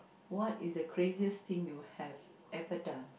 what is the craziest thing you have ever done